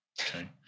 okay